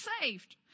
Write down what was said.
saved